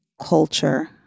culture